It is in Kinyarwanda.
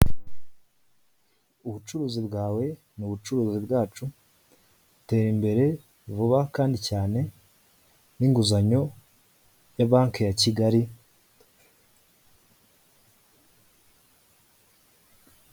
Ubucuruzi bwawe ni ubucuruzi bwacu, tera imbere vuba kandi cyane n'inguzanyo ya banki ya Kigali